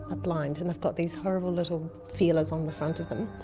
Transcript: ah blind, and they've got these horrible little feelers on the front of them.